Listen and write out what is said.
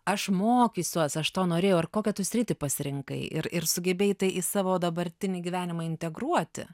aš mokysiuos aš to norėjau ir kokią tu sritį pasirinkai ir ir sugebėjai tai į savo dabartinį gyvenimą integruoti